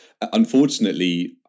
unfortunately